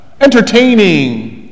entertaining